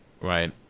right